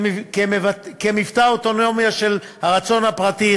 כמבטא אוטונומיה של הרצון הפרטי,